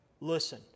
Listen